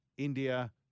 India